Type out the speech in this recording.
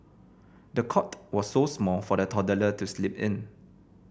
the cot was so small for the toddler to sleep in